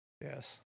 Yes